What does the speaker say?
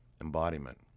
embodiment